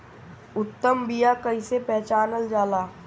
उत्तम बीया कईसे पहचानल जाला?